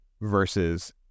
versus